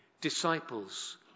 disciples